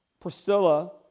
Priscilla